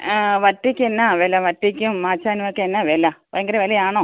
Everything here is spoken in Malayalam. വറ്റക്കെന്നാ വില വറ്റക്കും മാച്ചാനൊക്കെയെന്നാ വില ഭയങ്കര വിലയാണോ